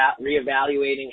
reevaluating